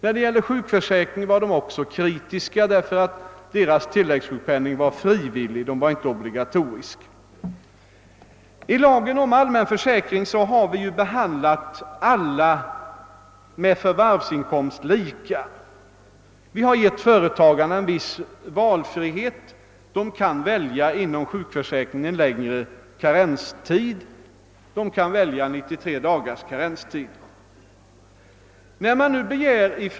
I fråga om sjukförsäkringen var de också kritiska; deras tillläggssjukpenning var frivillig och inte obligatorisk. I lagen om allmän försäkring har vi behandlat alla som har förvärvsinkomst lika. Vi har gett företagarna en viss valfrihet. De kan inom sjukförsäkringen välja en längre karenstid — 93 dagar.